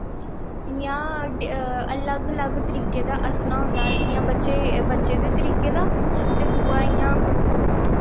इयां अलग अलग तरीके दा हस्सनां होंदा ऐ बच्चे दे तरीके दा ते दुआ इयां